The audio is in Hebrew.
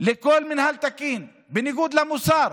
לכל מינהל תקין, בניגוד למוסר,